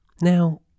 Now